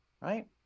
right